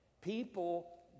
People